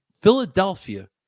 Philadelphia